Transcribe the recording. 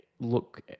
look